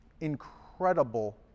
incredible